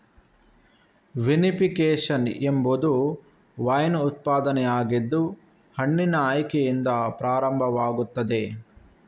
vinification ಎಂಬುದು wine ಉತ್ಪಾದನೆಯಾಗಿದ್ದು ಹಣ್ಣಿನ ಆಯ್ಕೆಯಿಂದ ಪ್ರಾರಂಭವಾಗುತ್ತದೆ